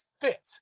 fit